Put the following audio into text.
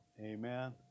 amen